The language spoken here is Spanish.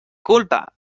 culpa